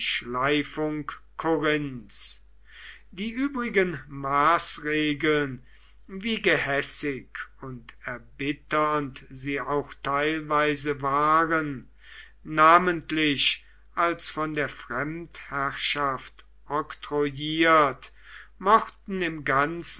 schleifung korinths die übrigen maßregeln wie gehässig und erbitternd sie auch teilweise waren namentlich als von der fremdherrschaft oktroyiert mochten im ganzen